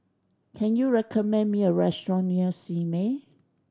can you recommend me a restaurant near Simei